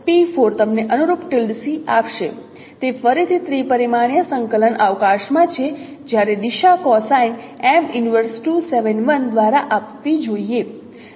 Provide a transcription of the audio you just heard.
તે ફરીથી ત્રિ પરિમાણીય સંકલન અવકાશમાં છે જ્યારે દિશા કોસાઇન દ્વારા આપવી જોઈએ